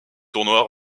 tournois